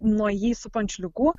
nuo jį supančių ligų